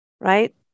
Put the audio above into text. right